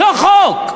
לא חוק.